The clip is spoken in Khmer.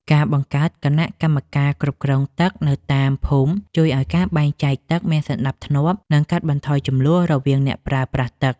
ការបង្កើតគណៈកម្មការគ្រប់គ្រងទឹកនៅតាមភូមិជួយឱ្យការបែងចែកទឹកមានសណ្តាប់ធ្នាប់ និងកាត់បន្ថយជម្លោះរវាងអ្នកប្រើប្រាស់ទឹក។